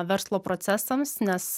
verslo procesams nes